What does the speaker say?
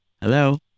Hello